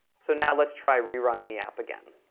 so now let's try rerunning the app again.